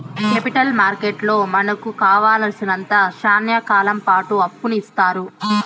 capital మార్కెట్లో మనకు కావాలసినంత శ్యానా కాలంపాటు అప్పును ఇత్తారు